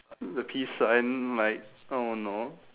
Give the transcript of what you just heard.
the peace sign like I don't know